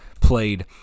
played